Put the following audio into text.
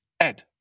Ed